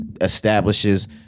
establishes